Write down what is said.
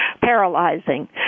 paralyzing